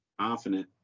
confident